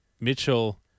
Mitchell